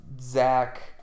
zach